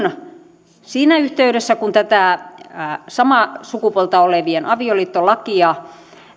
siinä yhteydessä kun eduskunta viime kaudella hyväksyi tätä samaa sukupuolta olevien avioliittolakia